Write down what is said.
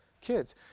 kids